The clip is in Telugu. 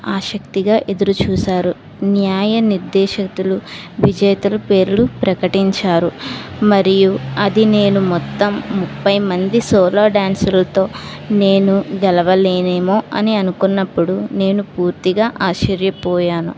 ఆసక్తిగా ఎదురు చూశారు న్యాయ నిర్దేశకులు విజేతలు పేర్లు ప్రకటించారు మరియు అది నేను మొత్తం ముప్పై మంది సోలో డాన్సర్లతో నేను గెలవలేనేమో అని అనుకున్నప్పుడు నేను పూర్తిగా ఆశ్చర్యపోయాను